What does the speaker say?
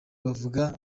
bavuga